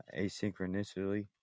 asynchronously